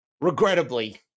regrettably